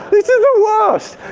this is the worst!